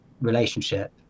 relationship